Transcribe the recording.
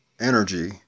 energy